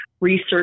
research